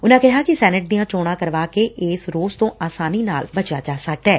ਉਨੂਾ ਕਿਹਾ ਕਿ ਸੈਨੇਟ ਦੀਆ ਚੋਣਾ ਕਰਵਾ ਕੇ ਇਸ ਰੋਸ ਤੋਂ ਅਸਾਨੀ ਨਾਲ ਬਚਿਆ ਜਾ ਸਕਦੈ